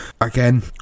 again